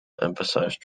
emphasized